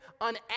on